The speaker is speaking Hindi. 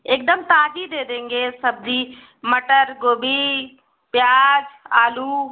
एकदम ताजी दे देंगे सब्जी मटर गोभी प्याज आलू